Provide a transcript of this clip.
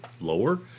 lower